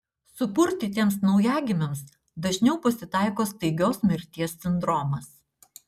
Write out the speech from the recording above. supurtytiems naujagimiams dažniau pasitaiko staigios mirties sindromas